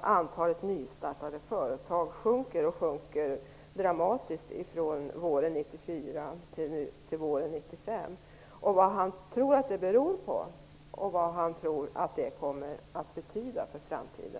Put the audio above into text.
Antalet nystartade företag sjunker dramatiskt från våren 1994 till våren 1995. Vad tror han att det beror på? Vad tror han att det kommer att betyda för framtiden?